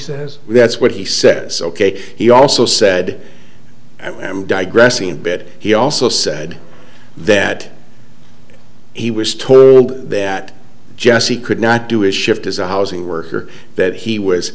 says that's what he says ok he also said i am digressing bit he also said that he was told that jesse could not do is shift as a housing worker that he was